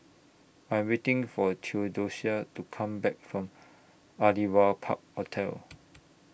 I'm waiting For Theodocia to Come Back from Aliwal Park Hotel